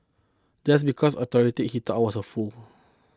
just because I tolerated he thought I was a fool